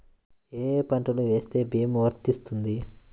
ఏ ఏ పంటలు వేస్తే భీమా వర్తిస్తుంది?